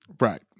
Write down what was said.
right